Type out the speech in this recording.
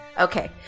Okay